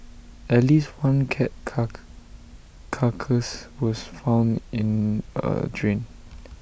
at least one cat car carcass was found in A drain